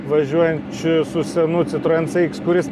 važiuojančius su senu citroen c iks kuris